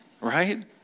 right